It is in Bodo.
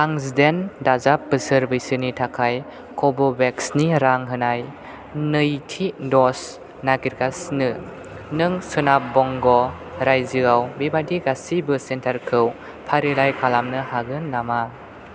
आं जिदाइन दाजाब बोसोर बैसोनि थाखाय कभ'भेक्सनि रां होनाय नैथि डज नागिरगासिनो नों सोनाब बंग' रायजोआव बेबादि गासिबो सेन्टारखौ फारिलाइ खालामनो हागोन नामा